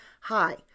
Hi